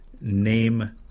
name